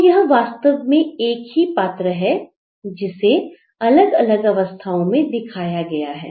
तो यह वास्तव में एक ही पात्र है जिसे अलग अलग अवस्थाओं में दिखाया गया है